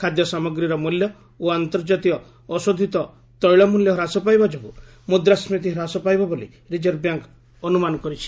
ଖାଦ୍ୟ ସାମଗ୍ରୀର ମୂଲ୍ୟ ଓ ଆନ୍ତର୍ଜାତୀୟ ଅଶୋଧିତ ତେିଳ ମୂଲ୍ୟ ହ୍ରାସ ପାଇବା ଯୋଗୁଁ ମୁଦ୍ରାସ୍କୀତି ହ୍ରାସ ପାଇବ ବୋଲି ରିଜର୍ଭ ବ୍ୟାଙ୍କ ଅନୁମାନ କରିଛି